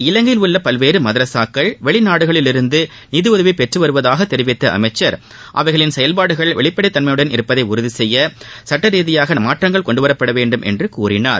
இலங்கையில் உள்ள பல்வேறு மதராஸாக்கள் வெளிநாடுகளிலிருந்து நிதிபுதவி பெற்றுவருவதாக தெரிவித்த அமைச்சர் அவைகளின் செயல்பாடுகள் வெளிப்படைத்தன்மையுடன் இருப்பதை உறுதிசெய்ய சுட்டரீதியாக மாற்றங்கள் கொண்டுவரப்படவேண்டும் என்று அவர் கூறினார்